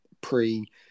pre